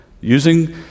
using